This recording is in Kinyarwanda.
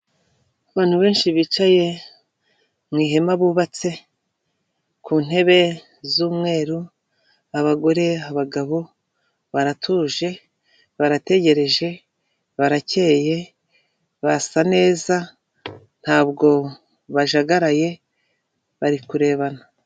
Abantu benshi bicaye mu ihema bubatse, ku ntebe z'umweru, abagore, abagabo, baratuje; barategereje; barakeye, basa neza ntabwo bajagaraye, bari kurebana.